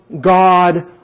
God